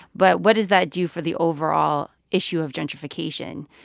but what does that do for the overall issue of gentrification?